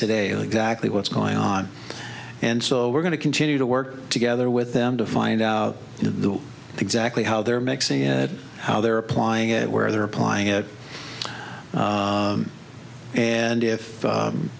exactly what's going on and so we're going to continue to work together with them to find out exactly how they're mixing it how they're applying it where they're applying it and if